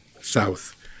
south